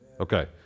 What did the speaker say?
okay